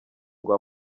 ngo